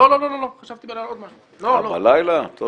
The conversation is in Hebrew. לא, חשבתי בלילה על עוד משהו.